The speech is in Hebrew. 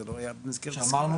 זה לא היה --- אתה יודע,